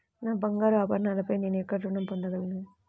నా బంగారు ఆభరణాలపై నేను ఎక్కడ రుణం పొందగలను?